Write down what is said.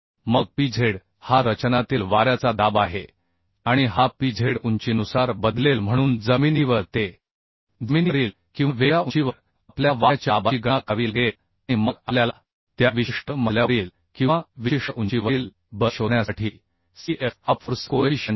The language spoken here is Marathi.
मग pz हा रचनातील वाऱ्याचा दाब आहे आणि हा pz उंचीनुसार बदलेल म्हणून जमिनीवर ते जमिनीवरील किंवा वेगळ्या उंचीवर आपल्याला वाऱ्याच्या दाबाची गणना करावी लागेल आणि मग आपल्याला त्या विशिष्ट मजल्यावरील किंवा विशिष्ट उंचीवरील बल शोधण्यासाठी Cf हा फोर्स कोएफिशियंट आहे